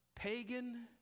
Pagan